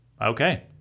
okay